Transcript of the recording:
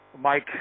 mike